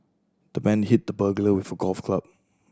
the man hit the burglar with a golf club